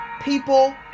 people